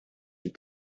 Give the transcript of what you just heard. you